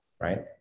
right